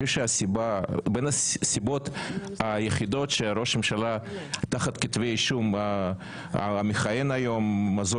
בין הסיבות היחידות שראש הממשלה תחת כתבי אישום מכהן היום זו